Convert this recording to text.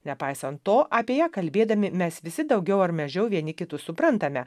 nepaisant to apie ją kalbėdami mes visi daugiau ar mažiau vieni kitus suprantame